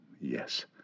Yes